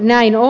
näin on